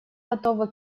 готовы